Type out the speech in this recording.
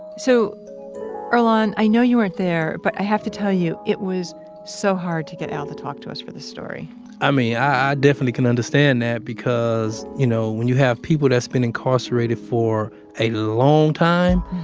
so earlonne, i know you weren't there, but i have to tell you. it was so hard to get al to talk to us for this story i mean, i definitely can understand that because, you know when you have people that's been incarcerated for a long time,